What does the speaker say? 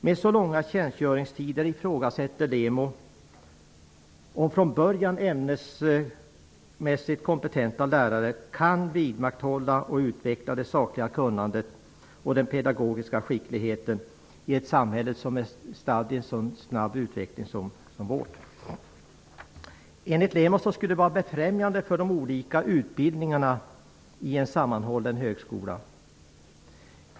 Med så långa tjänstgöringstider ifrågasätter LEMO om från början ämnesmässigt kompetenta lärare kan vidmakthålla och utveckla det sakliga kunnandet och den pedagogiska skickligheten i ett samhälle som är statt i en så snabb utveckling som vårt. Enligt LEMO skulle en sammanhållen högskola vara befrämjande för de olika utbildningarna.